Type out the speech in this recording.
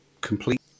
Complete